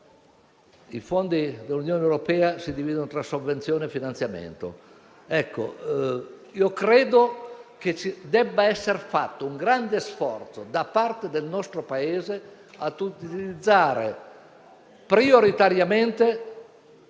I fondi dell'Unione europea si dividono in sovvenzioni e finanziamenti: credo che debba essere fatto un grande sforzo da parte del nostro Paese per utilizzare prioritariamente